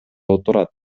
отурат